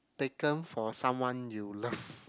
taken for someone you love